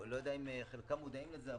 אני לא יודע אם כולם מודעים לזה,